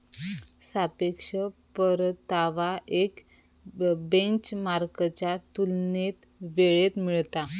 सापेक्ष परतावा एक बेंचमार्कच्या तुलनेत वेळेत मिळता